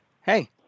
hey